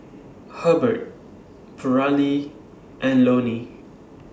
Hebert Paralee and Loney